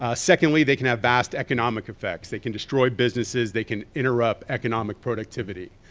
ah secondly, they can have vast economic effects. they can destroy businesses, they can interrupt economic productivity,